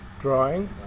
Drawing